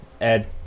Ed